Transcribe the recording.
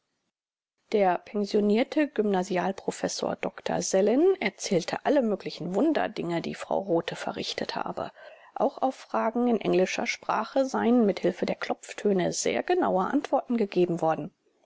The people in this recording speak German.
der pensionierte gymnasialprofessor dr sellin erzählte alle möglichen wunderdinge die frau rothe verrichtet habe auch auf fragen in englischer sprache seien mit hilfe der klopftöne sehr genaue antworten gegeben worden